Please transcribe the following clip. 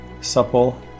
supple